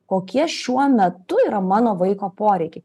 kokie šiuo metu yra mano vaiko poreikiai